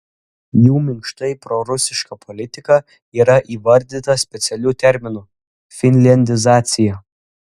jų minkštai prorusiška politika yra įvardyta specialiu terminu finliandizacija